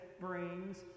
brings